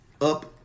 up